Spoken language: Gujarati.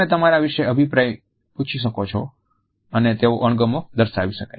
તમે તમારા વિશે અભિપ્રાય પૂછી શકો છો અને તેઓ અણગમો દર્શાવી શકે છે